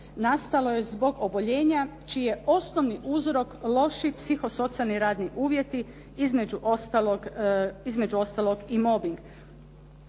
nastalo je zbog oboljenja čiji je osnovni uzorak loši psihosocijalni radni uvjeti, između ostalog i mobing.